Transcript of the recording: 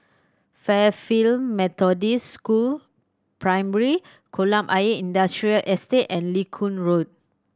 Fairfield Methodist School Primary Kolam Ayer Industrial Estate and Lincoln Road